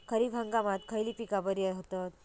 खरीप हंगामात खयली पीका बरी होतत?